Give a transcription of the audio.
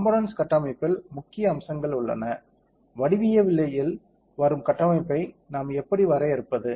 components கட்டமைப்பில் முக்கிய அம்சங்கள் உள்ளன வடிவவியலில் வரும் கட்டமைப்பை நாம் எப்படி வரையறுப்பது